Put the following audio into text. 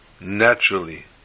naturally